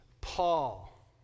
Paul